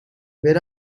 where